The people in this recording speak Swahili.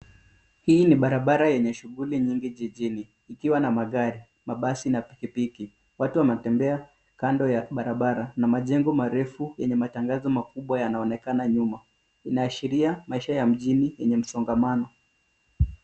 Hii ni barabara yenye shughuli nyingi jijini ikiwa na magari, mabasi na pikipiki. Watu wanatembea kando ya barabara na majengo marefu yenye matamngazo makubwa yanaonekana nyuma, inaashiria maisha ya mjini yenye msongamano.